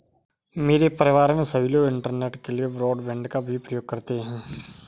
मेरे परिवार में सभी लोग इंटरनेट के लिए ब्रॉडबैंड का भी प्रयोग करते हैं